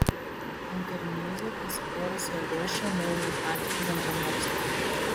ant karnizo pasikorusį aliošą nuėmė patys bendramoksliai